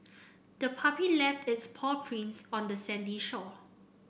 the puppy left its paw prints on the sandy shore